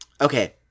Okay